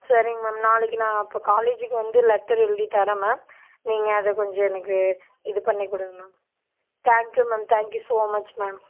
சரிங்க மேம் நாளைக்கு நான் அப்போ காலேஜுக்கு வந்து லெட்டர் எழுதித் தரேன் மேம் நீங்கள் அதை கொஞ்சம் எனக்கு இது பண்ணி கொடுங்க ma'am thank you ma'am thank you so much ma'am